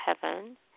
heaven